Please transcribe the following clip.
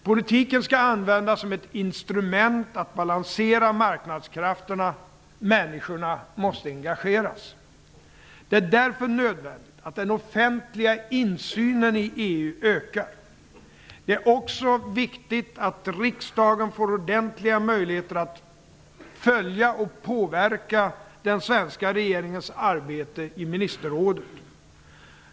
Politiken skall användas som ett instrument att balansera marknadskrafterna. Människorna måste engageras. Det är därför nödvändigt att den offentliga insynen i EU ökar. Det är också viktigt att riksdagen får ordentliga möjligheter att följa och påverka den svenska regeringens arbete i ministerrådet.